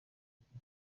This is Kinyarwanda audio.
ifite